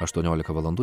aštuoniolika valandų